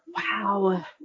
Wow